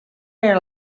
era